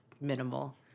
minimal